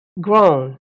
grown